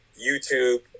YouTube